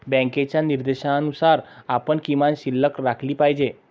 बँकेच्या निर्देशानुसार आपण किमान शिल्लक राखली पाहिजे